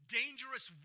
dangerous